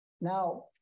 Now